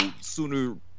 sooner